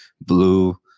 blue